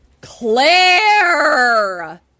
Claire